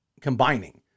combining